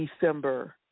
December